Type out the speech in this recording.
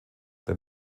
der